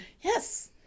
yes